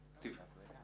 למישהו אחר ואחר כך נחזור